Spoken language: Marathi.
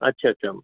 अच्छा अच्छा